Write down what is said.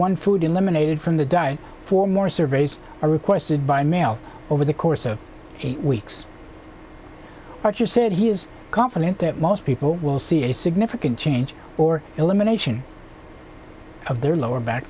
one food eliminated from the diet for more surveys are requested by mail over the course of eight weeks archer said he is confident that most people will see a significant change or elimination of their lower back